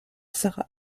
sara